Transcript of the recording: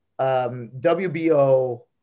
WBO